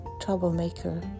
troublemaker